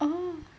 oh